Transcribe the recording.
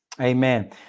Amen